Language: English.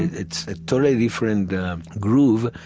it's a totally different groove.